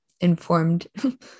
informed